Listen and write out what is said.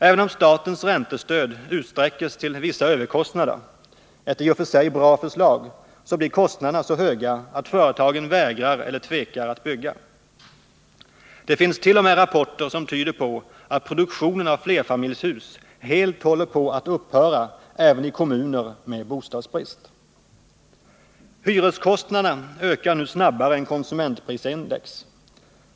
Även om statens räntestöd utsträcks till vissa överkostnader — ett i och för sig bra förslag — blir kostnaderna så höga att företagen vägrar eller tvekar att bygga. Det finns t.o.m. rapporter som tyder på att produktionen av flerfamiljshus helt håller på att upphöra även i kommuner med bostadsbrist. Hyreskostnaderna ökar nu snabbare än konsumentprisindex.